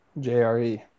JRE